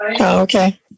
Okay